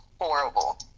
horrible